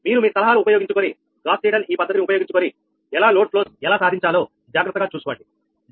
మీరు మీ సలహాలు ఉపయోగించుకొని గాస్ సీడళ్ ఈ పద్ధతిని ఉపయోగించుకొని ఎలా లోడ్ ఫ్లోస్ ఎలా సాధించాలో జాగ్రత్తగా చూసుకోండి